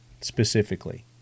specifically